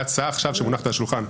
בהצעה שמונחת על השולחן עכשיו,